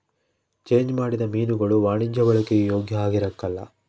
change ಮಾಡಿದ ಮೀನುಗುಳು ವಾಣಿಜ್ಯ ಬಳಿಕೆಗೆ ಯೋಗ್ಯ ಆಗಿರಕಲ್ಲ